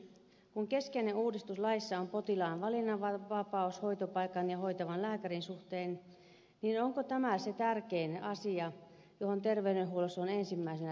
kun keskeinen kysymys laissa on potilaan valinnanvapaus hoitopaikan ja hoitavan lääkärin suhteen onko tämä se tärkein asia johon terveydenhuollossa on ensimmäisenä lisättävä rahaa